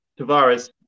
Tavares